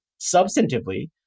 substantively